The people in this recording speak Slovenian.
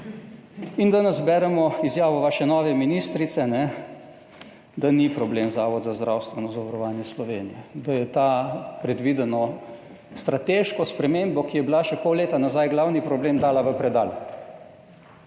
Danes beremo izjavo vaše nove ministrice, da ni problem Zavod za zdravstveno zavarovanje Slovenije, da je predvideno strateško spremembo, ki je bila še pol leta nazaj glavni problem, dala v predal,